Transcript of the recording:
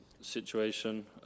situation